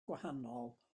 gwahanol